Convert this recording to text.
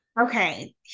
okay